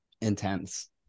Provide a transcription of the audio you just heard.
intense